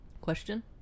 Question